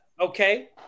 Okay